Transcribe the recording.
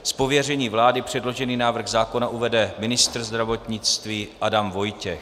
Z pověření vlády předložený návrh zákona uvede ministr zdravotnictví Adam Vojtěch.